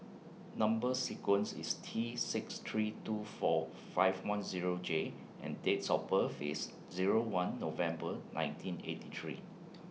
Number sequence IS T six three two four five one Zero J and Dates of birth IS Zero one November nineteen eighty three